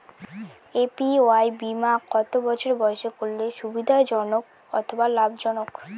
APY বীমা কত বছর বয়সে করলে সুবিধা জনক অথবা লাভজনক?